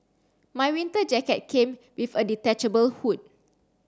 my winter jacket came with a detachable hood